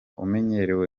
umenyerewe